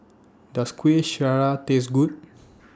Does Kueh Syara Taste Good